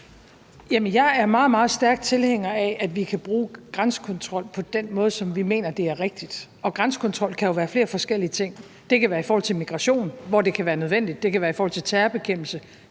meget, meget stærk tilhænger af, at vi kan bruge grænsekontrol på den måde, som vi mener er rigtig, og grænsekontrol kan jo være flere forskellige ting. Det kan være i forhold til migration, hvor det kan være nødvendigt, det kan være i forhold til terrorbekæmpelse,